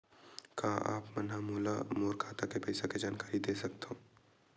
का आप मन ह मोला मोर खाता के पईसा के जानकारी दे सकथव?